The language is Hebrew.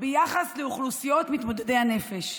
ביחס לאוכלוסיית מתמודדי הנפש,